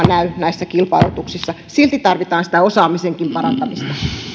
näy näissä kilpailutuksissa silti tarvitaan sitä osaamisenkin parantamista